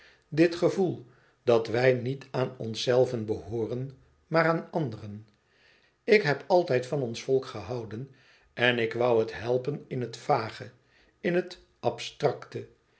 dit gevoel dat wij niet aan onszelven behooren maar aan anderen ik heb altijd van ons volk gehouden en ik woû het helpen in het vage in het abstracte